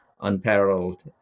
unparalleled